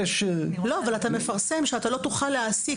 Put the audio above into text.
אבל אתה מפרסם שאתה לא תוכל להעסיק